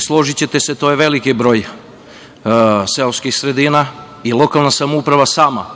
Složićete se, to je veliki broj seoskih sredina i lokalna samouprava sama,